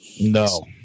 No